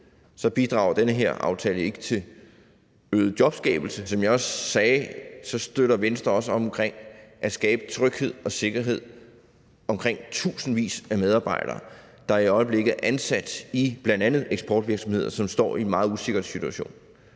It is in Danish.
har indgået den her aftale, men som jeg også sagde, støtter Venstre også op om at skabe tryghed og sikkerhed for tusindvis af medarbejdere, der i øjeblikket er ansat i bl.a. eksportvirksomheder, som står i en meget usikker situation.